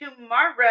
tomorrow